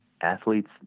Athletes